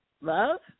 love